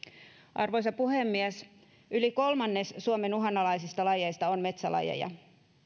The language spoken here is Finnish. arvoisa puhemies yli kolmannes suomen uhanalaisista lajeista on metsälajeja